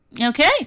Okay